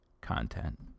content